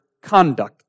conduct